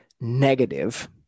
negative